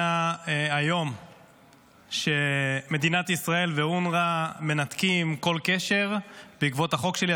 היום שמדינת ישראל ואונר"א מנתקים כל קשר בעקבות החוק שלי,